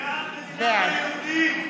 בעד בעד מדינת היהודים.